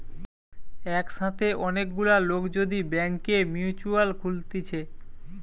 একসাথে অনেক গুলা লোক যদি ব্যাংকে মিউচুয়াল খুলতিছে